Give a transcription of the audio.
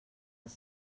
els